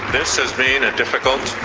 this has been a difficult,